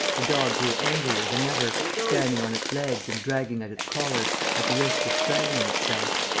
the dog grew angrier than ever, standing on its legs and dragging at its collar, at the risk of strangling itself.